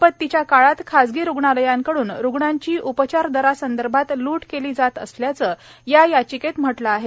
आपत्तीच्या काळात खासगी रुग्णालयांकडून रुग्णांची उपचार दरासंदर्भात लूट केली जात असल्याचं या याचिकेत म्हटलं आहे